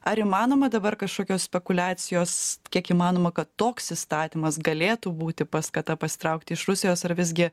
ar įmanoma dabar kažkokios spekuliacijos kiek įmanoma kad toks įstatymas galėtų būti paskata pasitraukti iš rusijos ar visgi